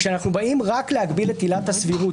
כשאנחנו באים רק להגביל את עילת הסבירות,